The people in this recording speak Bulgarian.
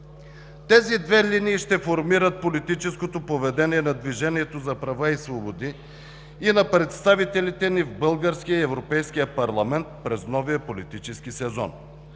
Тези две линии ще формират политическото поведение на „Движението за права и свободи“ и на представителите ни в българския и европейския парламент през новия политически сезон.